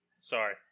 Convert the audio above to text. Sorry